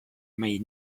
may